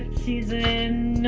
season